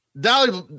dolly